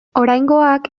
oraingoak